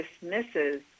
dismisses